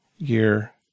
year